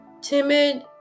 timid